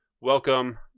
welcome